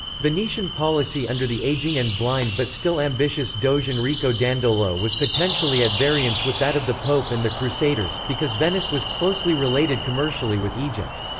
venetian policy under the ageing and blind but still ambitious doge enrico dandolo was potentially at variance with that of the pope and the crusaders, because venice was closely related commercially with egypt.